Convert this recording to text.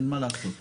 אין מה לעשות.